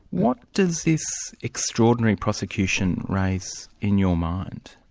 what does this extraordinary prosecution raise in your mind?